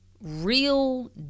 real